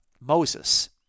Moses